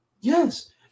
Yes